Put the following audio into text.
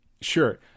sure